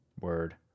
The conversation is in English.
Word